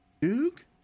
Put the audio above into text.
Duke